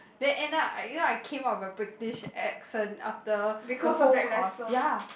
then end up I you know I came up with a British accent after the whole course ya